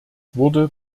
wurde